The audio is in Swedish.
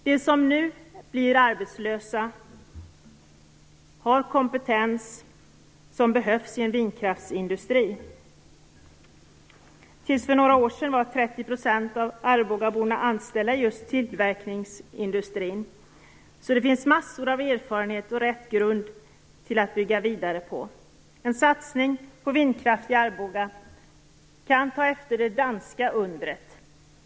De som nu blir arbetslösa har den kompetens som behövs i en vindkraftsindustri. Till för några år sedan var 30 % av arbogaborna anställda inom tillverkningsindustrin, så det finns massor av erfarenheter och rätt grund att bygga vidare på. Vid en satsning på vindkraft i Arboga kan man ta efter det danska undret.